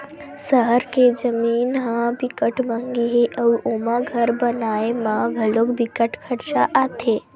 सहर के जमीन ह बिकट मंहगी हे अउ ओमा घर बनाए म घलो बिकट खरचा आथे